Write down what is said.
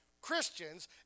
Christians